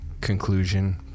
conclusion